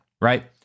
Right